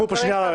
שיהיו פה